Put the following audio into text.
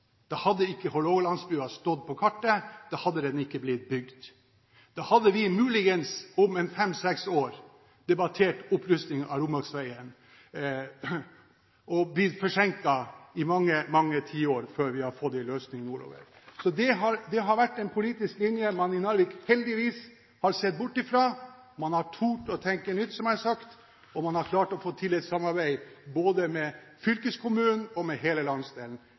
Da hadde ikke Hålogalandsbrua stått på kartet. Da hadde den ikke blitt bygd. Da hadde vi muligens om fem–seks år debattert opprustning av Rombaksveien og blitt forsinket i mange, mange tiår før vi hadde fått en løsning nordover. Det har vært en politisk linje man i Narvik heldigvis har sett bort fra. Man har tort å tenke nytt, som jeg sa, og man har klart å få til et samarbeid både med fylkeskommunen og med hele landsdelen.